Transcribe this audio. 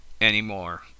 anymore